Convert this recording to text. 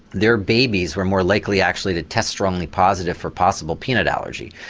their babies were more likely actually to test strongly positive for possible peanut allergy.